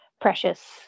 precious